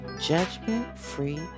Judgment-Free